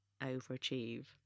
overachieve